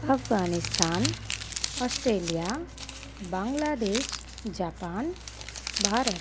Afghanistan Australia Bangladesh Japan Bharat